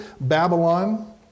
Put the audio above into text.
Babylon